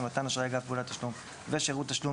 "מתן אשראי אגב פעולת תשלום" ו"שירות תשלום"